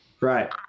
right